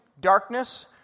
darkness